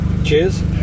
Cheers